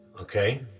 Okay